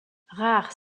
rares